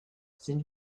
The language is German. sind